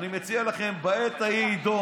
אני אומר לכם: בעת ההיא יידום.